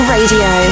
Radio